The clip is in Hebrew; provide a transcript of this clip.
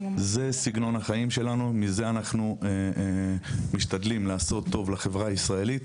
זה סגנון החיים שלו ומזה אנחנו משתדלים לעשות טוב לחברה הישראלית.